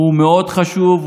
הוא מאוד חשוב,